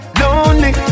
lonely